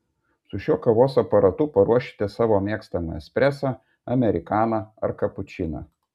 su šiuo kavos aparatu paruošite savo mėgstamą espresą amerikaną ar kapučiną